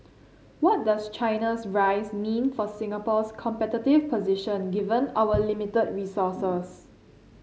what does China's rise mean for Singapore's competitive position given our limited resources